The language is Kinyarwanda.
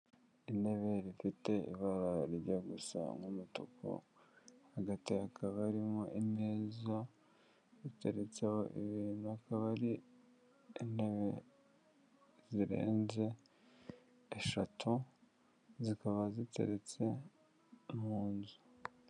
Intebe rifite ibarajya gusa nk'umutuku, agaba arimo imeza, riuteretseho ibintu, akaba ari intebe zirenze eshatu, zikaba ziteretse mu nzu.